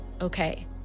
Okay